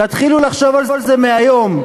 תתחילו לחשוב על זה מהיום,